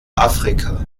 afrika